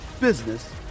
business